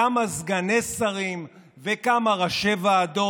כמה סגני שרים וכמה ראשי ועדות,